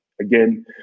again